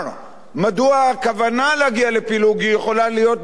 מדוע הכוונה להגיע לפילוג יכולה להיות בסיס מספיק